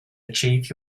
achieve